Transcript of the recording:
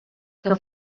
que